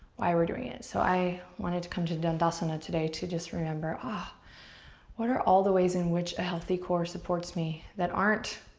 why we're doing it. so i wanted to come to dandasana today to just remember ah what are all the ways in which a healthy core supports me that aren't